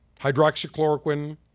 hydroxychloroquine